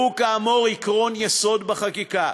שהוא, כאמור, עקרון יסוד בחקיקה.